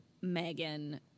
Megan